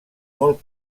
molt